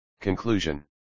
Conclusion